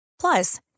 Plus